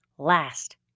last